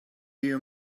you